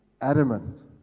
adamant